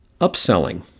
Upselling